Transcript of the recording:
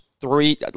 three